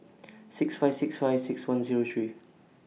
six five six five six one Zero three